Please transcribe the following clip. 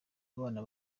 abana